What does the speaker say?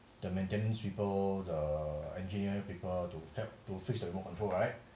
the maintenance people the engineer people to feb to fix the remote control right